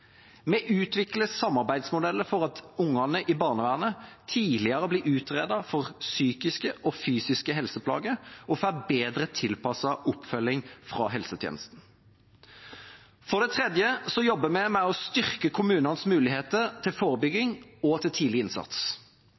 Vi utvikler samarbeidsmodeller for at ungene i barnevernet blir utredet for psykiske og fysiske helseplager tidligere og får bedre tilpasset oppfølging fra helsetjenesten. For det tredje jobber vi med å styrke kommunenes muligheter til forebygging og tidlig innsats.